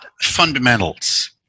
fundamentals